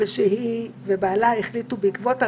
ושהיא ובעלה החליטו בעקבות הרצח,